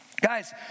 guys